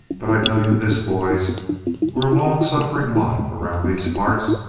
but i tell you this, boys we're a long-sufferin' lot around these parts,